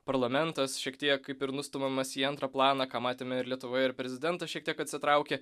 parlamentas šiek tiek kaip ir nustumiamas į antrą planą ką matėme ir lietuvoje ir prezidentas šiek tiek atsitraukė